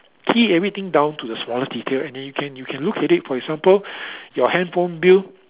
key everything down to the smallest detail and then you can you can look at it for example your handphone bill